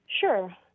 Sure